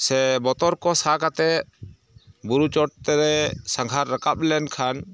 ᱥᱮ ᱵᱚᱛᱚᱨ ᱠᱚ ᱥᱟᱦᱟ ᱠᱟᱛᱮᱫ ᱵᱩᱨᱩ ᱪᱚᱴᱛᱮ ᱥᱟᱸᱜᱷᱟᱨ ᱨᱟᱠᱟᱵ ᱞᱮᱱᱠᱷᱟᱱ